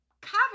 cover